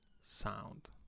sound